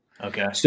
Okay